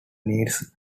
needs